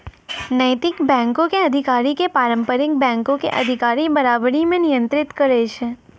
नैतिक बैंको के अधिकारी के पारंपरिक बैंको के अधिकारी बराबरी मे नियंत्रित करै छै